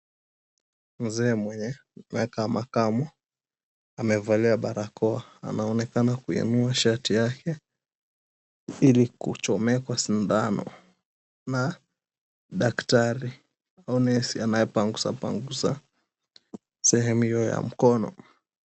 Mzee mwenye mwaka wa makamo amevalia barakoa. Anaonekana kuinua shati yake ili kuchomekwa sindano na daktari au nesi anayepangusa pangusa sehemu hiyo ya mkono.